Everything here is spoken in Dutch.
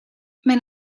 mijn